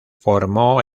formó